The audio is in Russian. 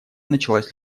началась